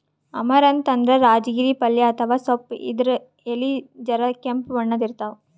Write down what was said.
amaranth ಅಂದ್ರ ರಾಜಗಿರಿ ಪಲ್ಯ ಅಥವಾ ಸೊಪ್ಪ್ ಇದ್ರ್ ಎಲಿ ಜರ ಕೆಂಪ್ ಬಣ್ಣದ್ ಇರ್ತವ್